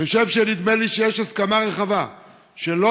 אני חושב שנדמה לי שיש הסכמה רחבה שלא